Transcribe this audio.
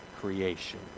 creation